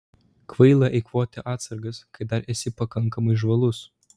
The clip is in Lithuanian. kvaila eikvoti atsargas kai dar esi pakankamai žvalus